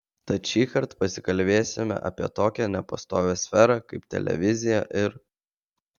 tad šįkart pasikalbėsime apie tokią nepastovią sferą kaip televizija ir